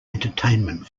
entertainment